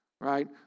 right